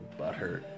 butthurt